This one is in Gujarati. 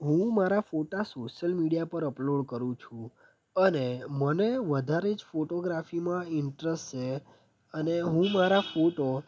હું મારા ફોટા સોશિઅલ મીડિયા પર અપલોડ કરું છું અને મને વધારે જ ફોટોગ્રાફીમાં ઇન્ટરેસ્ટ છે અને હું મારા ફોટો